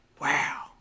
wow